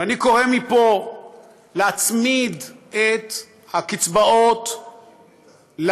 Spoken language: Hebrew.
ואני קורא מפה להצמיד את הקצבאות למדד,